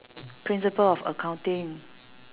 principle of accounting